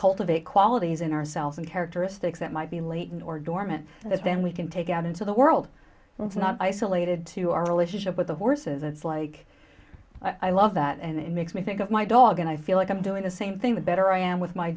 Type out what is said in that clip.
cultivate qualities in ourselves and characteristics that might be latent or dormant that then we can take out into the world not isolated to our relationship with the horses it's like i love that and it makes me think of my dog and i feel like i'm doing the same thing the better i am with my